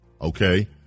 okay